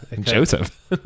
Joseph